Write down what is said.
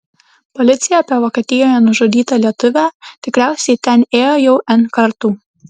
policija apie vokietijoje nužudytą lietuvę tikriausiai ji ten ėjo jau n kartų